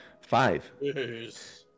Five